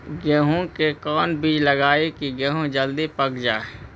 गेंहू के कोन बिज लगाई कि गेहूं जल्दी पक जाए?